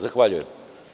Zahvaljujem.